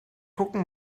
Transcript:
gucken